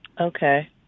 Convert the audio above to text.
Okay